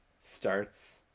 starts